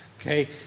Okay